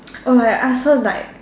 oh I ask her like